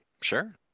Sure